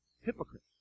hypocrite